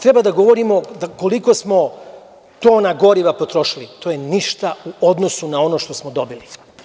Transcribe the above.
Treba da govorimo koliko smo tona goriva potrošili, to je ništa u odnosu na ono što smo dobili.